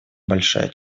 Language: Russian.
большая